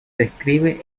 describe